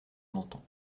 menton